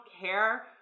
care